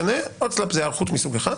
הוצל"פ זה היערכות מסוג אחד.